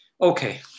Okay